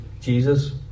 Jesus